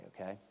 okay